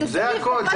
זה הכול.